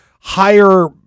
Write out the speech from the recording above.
higher